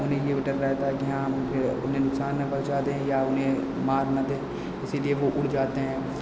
उन्हें यह भी डर रहता है कि हाँ हम उनके उन्हें नुकसान न पहुँचा दे या उन्हें मार न दें इसीलिए वह उड़ जाते हैं